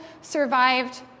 survived